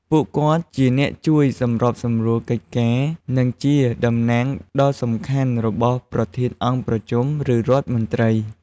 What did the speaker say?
ពួកគាត់ជាអ្នកជួយសម្របសម្រួលកិច្ចការ និងជាតំណាងដ៏សំខាន់របស់ប្រធានអង្គប្រជុំ ឬរដ្ឋមន្ត្រី ។